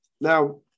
Now